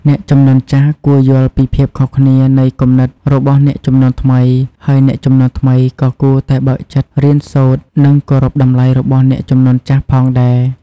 អ្នកជំនាន់ចាស់គួរយល់ពីភាពខុសគ្នានៃគំនិតរបស់អ្នកជំនាន់ថ្មី ហើយអ្នកជំនាន់ថ្មីក៏គួរតែបើកចិត្តរៀនសូត្រ និងគោរពតម្លៃរបស់អ្នកជំនាន់ចាស់ផងដែរ។